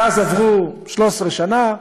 מאז עברו 13 שנה,